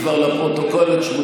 אם אתה רוצה לצאת, תצא.